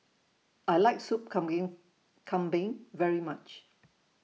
I like Sup Kambing very much